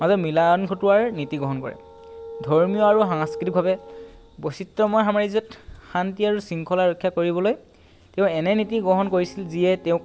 মাজত মিলন ঘটোৱাৰ নীতি গ্ৰহণ কৰে ধৰ্মীয় আৰু সাংস্কৃতিকভাৱে বৈচিত্ৰময় সাম্ৰাজ্যত শান্তি আৰু শৃংখলা ৰক্ষা কৰিবলৈ তেওঁ এনে নীতি গ্ৰহণ কৰিছিল যিয়ে তেওঁক